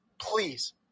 Please